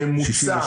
הממוצע,